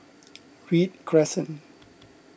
Read Crescent